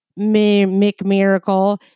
McMiracle